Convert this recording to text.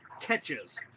catches